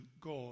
God